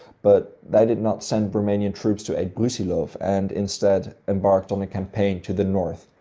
but they did not send romanian troops to aid brusilov, and instead embarked on a campaign to the north,